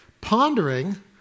pondering